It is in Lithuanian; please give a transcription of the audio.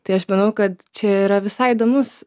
tai aš manau kad čia yra visai įdomus